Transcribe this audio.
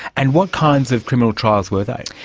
and what kinds of criminal trials were they?